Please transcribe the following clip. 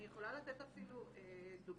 אני יכולה לתת אפילו דוגמא.